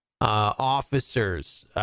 officers